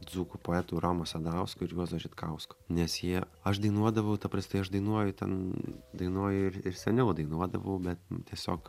dzūkų poetų romo sadausko ir juozo žitkausko nes jie aš dainuodavau ta pras tai aš dainuoju ten dainuoju ir ir seniau dainuodavau bet tiesiog